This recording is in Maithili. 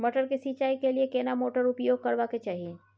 मटर के सिंचाई के लिये केना मोटर उपयोग करबा के चाही?